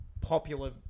popular